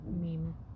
meme